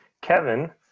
Kevin